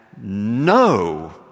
no